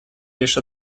лишь